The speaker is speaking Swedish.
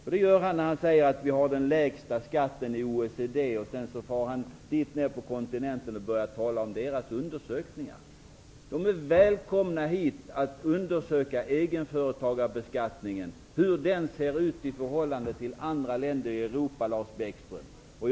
Han gör det när han talar om OECD-undersökningar och säger att Sverige har den lägsta skatten i OECD. Representanter för OECD är välkomna att komma hit för att undersöka egenföretagarbeskattningen och hur den ser ut i förhållande till andra länder i Europa, Lars Bäckström.